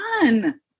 done